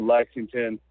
Lexington